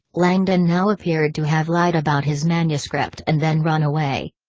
langdon now appeared to have lied about his manuscript and then run away.